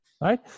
right